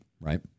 right